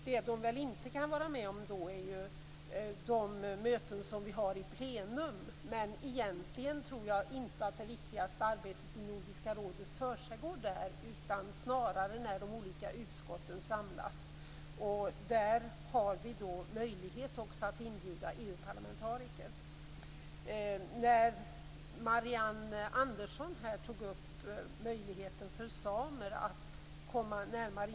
Det de inte kan vara med om är de möten vi har i plenum, men egentligen tror jag inte att det viktigaste arbetet i Nordiska rådet försiggår där, utan det sker snarare när de olika utskotten samlas. I det sammanhanget har vi alltså möjlighet att inbjuda EU Marianne Andersson tog upp möjligheten till ett närmare samarbete för samernas del.